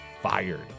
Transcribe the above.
fired